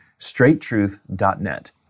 straighttruth.net